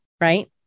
right